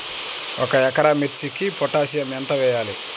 ఒక ఎకరా మిర్చీకి పొటాషియం ఎంత వెయ్యాలి?